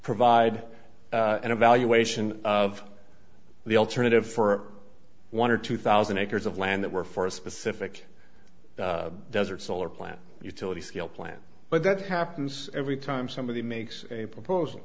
provide an evaluation of the alternative for one or two thousand acres of land that were for a specific desert solar plant utility scale plant but that happens every time somebody makes a proposal